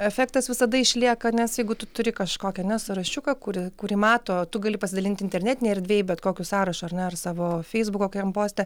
efektas visada išlieka nes jeigu tu turi kažkokį ane sąrašiuką kuri kurį mato tu gali pasidalinti internetinėj erdvėj bet kokiu sąrašu ar ne ar savo feisbuko kokiam poste